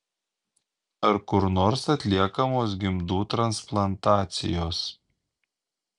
ar kur nors atliekamos gimdų transplantacijos